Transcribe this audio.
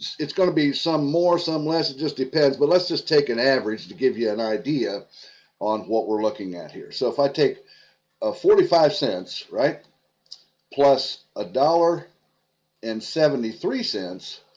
it's going to be some more some less it just depends but let's just take an average to give you an idea on what we're looking at here so if i take a forty five cents right plus a dollar and seventy three cents